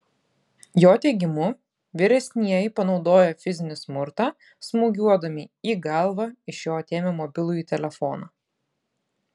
jo teigimu vyresnieji panaudoję fizinį smurtą smūgiuodami į galvą iš jo atėmė mobilųjį telefoną